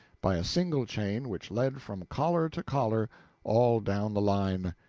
by a single chain which led from collar to collar all down the line.